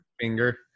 finger